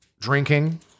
drinking